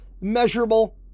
measurable